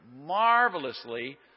marvelously